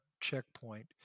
checkpoint